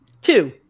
two